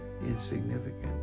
insignificant